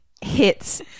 hits